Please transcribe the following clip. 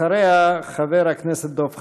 ואחריה, חבר הכנסת דב חנין.